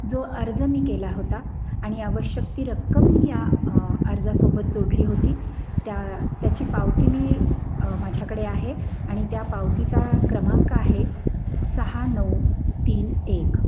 जो अर्ज मी केला होता आणि आवश्यक ती रक्कम मी या अर्जासोबत जोडली होती त्या त्याची पावती मी माझ्याकडे आहे आणि त्या पावतीचा क्रमांक आहे सहा नऊ तीन एक